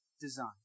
design